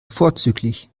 vorzüglich